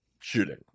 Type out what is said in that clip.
shooting